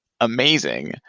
amazing